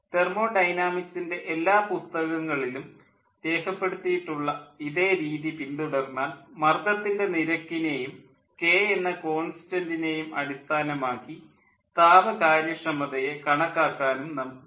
തെർമ്മോഡൈനാമിക്സിൻ്റെ എല്ലാ പുസ്തകങ്ങളിലും രേഖപ്പെടുത്തിയിട്ടുള്ള ഇതേ രീതി പിന്തുടർന്നാൽ മർദ്ദത്തിൻ്റെ നിരക്കിനേയും കെ എന്ന കോൺസ്റ്റൻ്റിനേയും അടിസ്ഥാനമാക്കി താപ കാര്യക്ഷമതയെ കണക്കാക്കാനും നമുക്ക് സാധിക്കും